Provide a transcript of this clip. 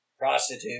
prostitute